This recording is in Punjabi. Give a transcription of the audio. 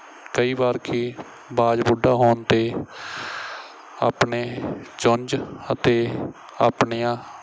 ਕਈ ਵਾਰ ਕਿ ਬਾਜ ਬੁੱਢਾ ਹੋਣ 'ਤੇ ਆਪਣੇ ਚੁੰਝ ਅਤੇ ਆਪਣੀਆਂ